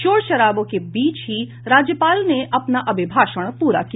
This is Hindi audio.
शोर शराबे के बीच ही राज्यपाल ने अपना अभिभाषण पूरा किया